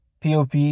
pop